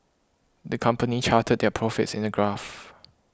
the company charted their profits in a graph